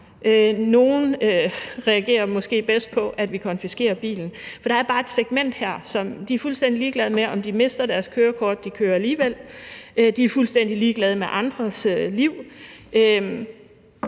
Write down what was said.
Nogle reagerer måske bedst på, at vi konfiskerer bilen. Der er bare et segment her, som er fuldstændig ligeglade med, om de mister deres kørekort, for de kører alligevel; som er fuldstændig ligeglade med andres liv.